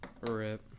RIP